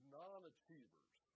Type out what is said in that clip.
non-achievers